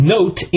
Note